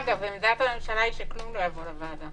אגב, עמדת הממשלה היא שהכול יישאר אצלי.